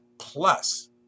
plus